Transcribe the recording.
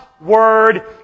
Word